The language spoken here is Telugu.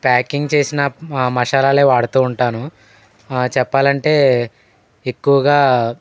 ప్యాకింగ్ చేసిన మసాలాలే వాడుతూ ఉంటాను చెప్పాలంటే ఎక్కువగా